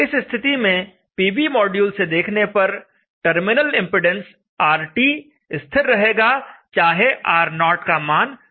इस स्थिति में पीवी मॉड्यूल से देखने पर टर्मिनल इंपेडेंस RT स्थिर रहेगा चाहे R0 का मान कुछ भी हो